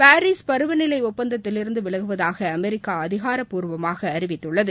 Paris பருவநிலை ஒப்பந்ததத்திலிருந்து விலகுவதாக அமெரிக்கா அதிகாரபூர்வமாக அறிவித்துள்ளது